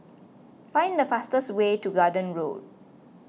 find the fastest way to Garden Road